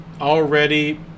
already